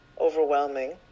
overwhelming